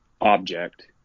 object